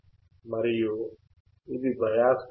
మరియు ఇది bias voltage